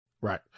Right